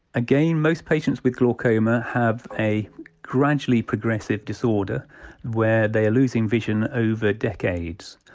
again, most patients with glaucoma have a gradually progressive disorder where they are losing vision over decades.